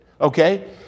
Okay